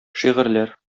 шигырьләр